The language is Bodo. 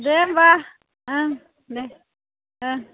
दे होनबा ओं दे ओं